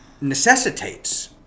necessitates